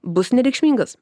bus nereikšmingas